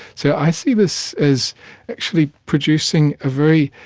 so i see this as actually producing a very,